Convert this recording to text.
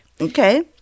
Okay